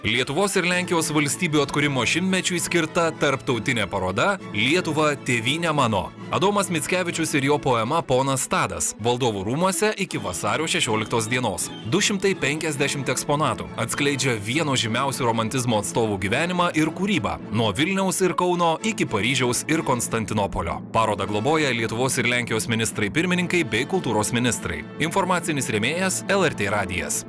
lietuvos ir lenkijos valstybių atkūrimo šimtmečiui skirta tarptautinė paroda lietuva tėvyne mano adomas mickevičius ir jo poema ponas tadas valdovų rūmuose iki vasario šešioliktos dienosdu šimtai penkiasdešimt eksponatų atskleidžia vieno žymiausių romantizmo atstovų gyvenimą ir kūrybą nuo vilniaus ir kauno iki paryžiaus ir konstantinopolio parodą globoja lietuvos ir lenkijos ministrai pirmininkai bei kultūros ministrai informacinis rėmėjas lrt radijas